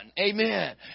Amen